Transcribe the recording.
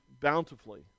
bountifully